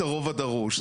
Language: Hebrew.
זה לא ברור הנושא הזה.